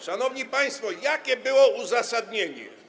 Szanowni państwo, jakie było uzasadnienie?